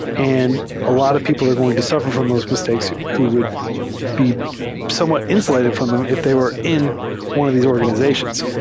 and a lot of people are going to suffer from those mis takes who would be somewhat insulated from them if they were in one of these organizations.